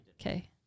Okay